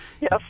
yes